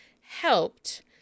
helped